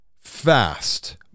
fast